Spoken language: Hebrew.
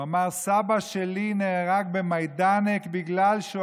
הוא אמר: סבא שלי נהרג במיידנק בגלל שהוא